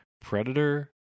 Predator